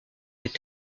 des